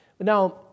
Now